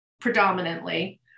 predominantly